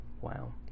Wow